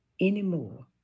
anymore